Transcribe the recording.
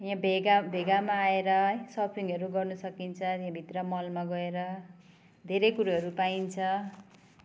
यहाँ भेगा भेगामा आएर है सपिङहरू गर्नु सकिन्छ त्यहाँभित्र मलमा गएर धेरै कुरोहरू पाइन्छ